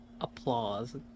applause